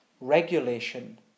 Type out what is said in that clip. Regulation